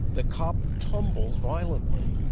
the cop tumbles violently.